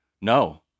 No